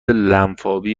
لنفاوی